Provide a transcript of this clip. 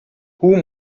whom